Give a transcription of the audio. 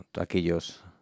aquellos